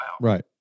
Right